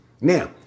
Now